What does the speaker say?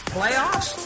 Playoffs